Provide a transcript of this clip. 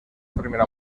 primera